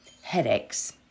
headaches